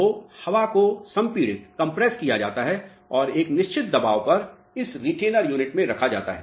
तो हवा को संपीड़ित किया जाता है और एक निश्चित दबाव पर इस रीटेनर यूनिट में रखा जाता है